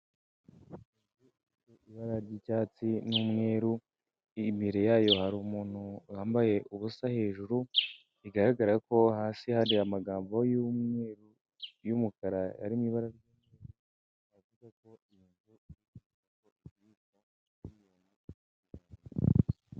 Ibara ry'icyatsi n'umweru imbere yayo hari umuntu wambaye ubusa hejuru bigaragara ko hasi hari amagambo y'umweru y'umukara arimo ibara ry'ubururu.